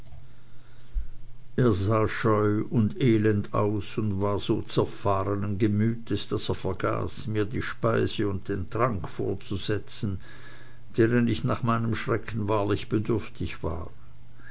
er sah scheu und elend aus und war so zerfahrenen gemütes daß er vergaß mir die speise und den trank vorzusetzen deren ich nach meinem schrecken wahrlich bedürftig war